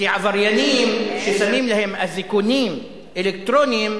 כי עבריינים ששמים להם אזיקונים אלקטרוניים,